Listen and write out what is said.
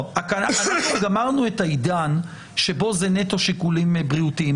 גמרנו את העידן שבו זה נטו שיקולים בריאותיים,